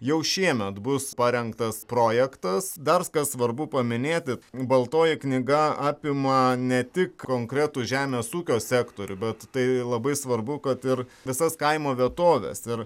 jau šiemet bus parengtas projektas dar kas svarbu paminėti baltoji knyga apima ne tik konkretų žemės ūkio sektorių bet tai labai svarbu kad ir visas kaimo vietoves ir